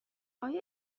آیا